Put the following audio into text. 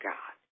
God